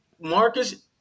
Marcus